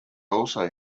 also